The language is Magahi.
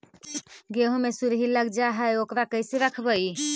गेहू मे सुरही लग जाय है ओकरा कैसे रखबइ?